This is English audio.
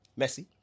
Messi